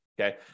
Okay